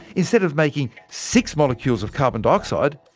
instead of making six molecules of carbon dioxide,